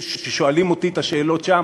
כששואלים אותי את השאלות שם,